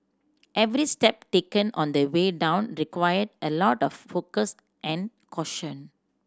every step taken on the way down required a lot of focus and caution